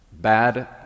bad